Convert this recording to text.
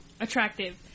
attractive